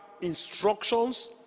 instructions